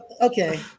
okay